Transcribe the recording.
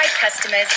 customers